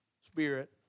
spirit